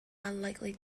unlikely